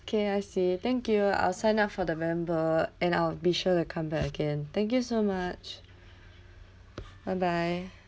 okay I see thank you I'll sign up for the member and I'll be sure to come back again thank you so much bye bye